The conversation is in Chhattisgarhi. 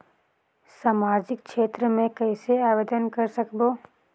समाजिक क्षेत्र मे कइसे आवेदन कर सकबो?